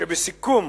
שבסיכום